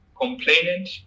complainant